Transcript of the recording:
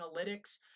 analytics